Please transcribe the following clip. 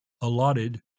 allotted